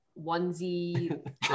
onesie